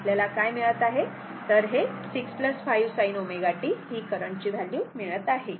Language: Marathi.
तेव्हा आपल्याला काय मिळत आहे तर आपल्याला 6 5 sin ω t ही करंटची व्हॅल्यू मिळत आहे